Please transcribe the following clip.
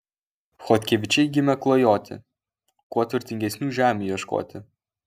chodkevičiai gimę klajoti kuo turtingesnių žemių ieškoti